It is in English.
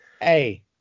Hey